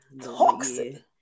toxic